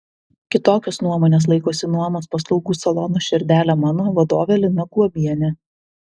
kitokios nuomonės laikosi nuomos paslaugų salono širdele mano vadovė lina guobienė